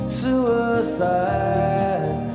suicide